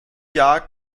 jahre